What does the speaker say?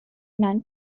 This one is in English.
non